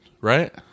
Right